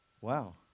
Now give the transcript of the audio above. Wow